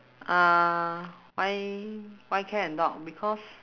uh why why cat and dog because